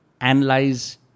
analyze